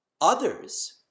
Others